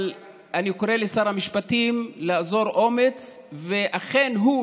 אבל אני קורא לשר המשפטים לאזור אומץ ואכן שהוא,